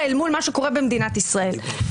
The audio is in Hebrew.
תבינו מה קורה בבית הזה, ולאן אנחנו מידרדרים.